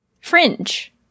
Fringe